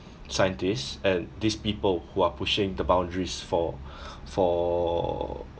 scientists and these people who are pushing the boundaries for for